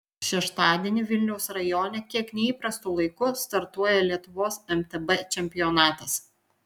šeštadienį vilniaus rajone kiek neįprastu laiku startuoja lietuvos mtb čempionatas